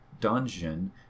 dungeon